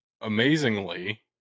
Amazingly